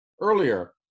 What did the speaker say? earlier